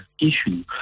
issue